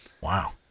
Wow